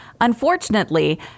Unfortunately